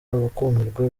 bakumirwa